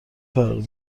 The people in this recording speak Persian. فرقی